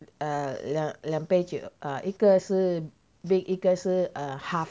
err 两两杯酒一个是 big 一个是 err half